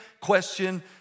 question